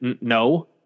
no